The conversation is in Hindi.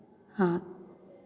हाँ